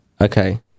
Okay